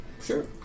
sure